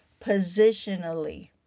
positionally